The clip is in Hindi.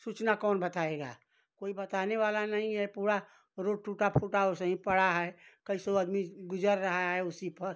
सूचना कौन बताएगा कोई बताने वाला नहीं है पूरा रोड टूटा फूटा वैसे ही पड़ा है कैसो हो आदमी गुजर रहा है उसी पर